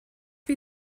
wie